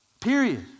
Period